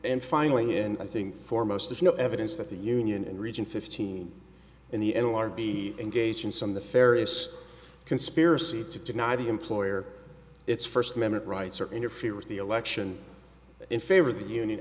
and finally and i think for most there's no evidence that the union and region fifteen in the n l r b engage in some of the ferris conspiracy to deny the employer its first minute rights or interfere with the election in favor of the union